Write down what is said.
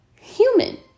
Human